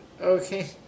okay